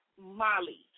Molly